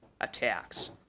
attacks